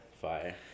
Fire